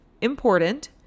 important